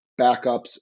backups